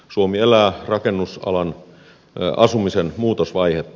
suomi elää asumisen muutosvaihetta